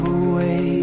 away